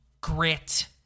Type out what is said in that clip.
grit